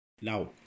Now